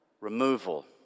Removal